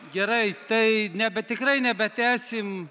gerai tai ne bet tikrai nebetęsim